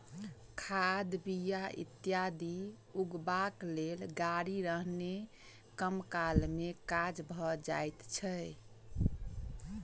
खाद, बीया इत्यादि उघबाक लेल गाड़ी रहने कम काल मे काज भ जाइत छै